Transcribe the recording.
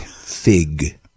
Fig